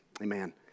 Amen